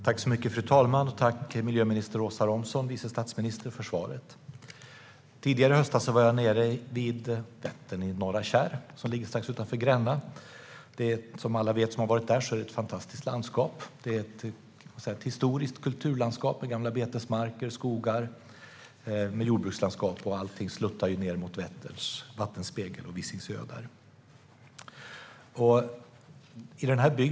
Fru talman! Tack för svaret, miljöminister och vice statsminister Åsa Romson! Tidigare i höstas var jag nere vid Vättern, i Norra Kärr som ligger strax utanför Gränna. Det är ett fantastiskt landskap, som alla som har varit där vet. Det är ett historiskt kulturlandskap med gamla betesmarker, skogar och jordbrukslandskap. Och allting sluttar ned mot Vätterns vattenspegel och Visingsö.